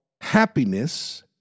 happiness